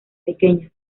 pequeñas